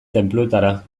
tenpluetara